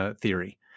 theory